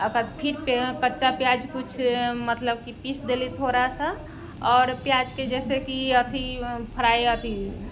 ओकर बाद फेर कच्चा प्याज कुछ मतलब कि पीस देली थोड़ासा आओर प्याजके जैसे कि अथी फ्राइ अथी